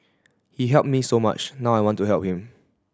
he helped me so much now I want to help him